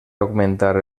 augmentar